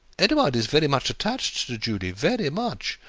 edouard is very much attached to julie very much.